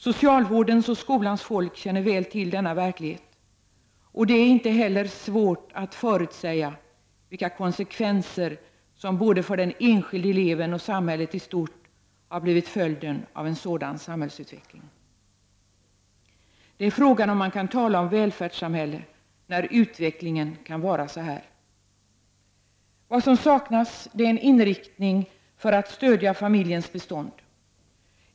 Socialvårdens och skolans folk känner väl till denna verklighet, och det är inte heller svårt att förutsäga vilka konsekvenser som har blivit följden av en sådan samhällsutveckling, både för den enskilde eleven och för samhället i stort. Frågan är om man kan tala om ett välfärdssamhälle när utvecklingen kan se ut på detta sätt. Vad som saknas är en inriktning för att stödja familjens bestånd.